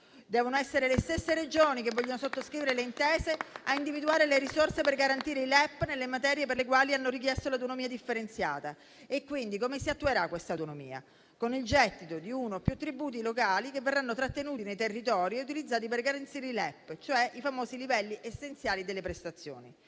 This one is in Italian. Devono essere le stesse Regioni che vogliono sottoscrivere le intese a individuare le risorse per garantire i LEP nelle materie per le quali hanno richiesto l'autonomia differenziata: come si attuerà quindi quest'autonomia? Con il gettito di uno o più tributi locali che verranno trattenuti nei territori e utilizzati per garantire i LEP, i famosi livelli essenziali delle prestazioni.